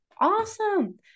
awesome